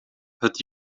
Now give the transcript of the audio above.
het